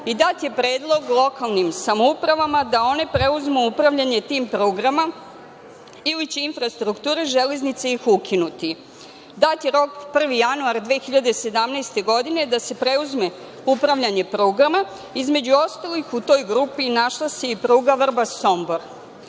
i dat je predlog lokalnim samoupravama da one preuzmu upravljanje tim prugama ili će infrastrukture „Železnice“ ih ukinuti. Dat je rok 1. januar 2017. godine da se preuzme upravljanje prugama. Između ostalih, u toj grupi našla se i pruga Vrbas-Sombor. Očigledno